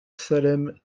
salem